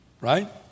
Right